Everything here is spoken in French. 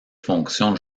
fonctions